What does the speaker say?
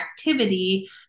activity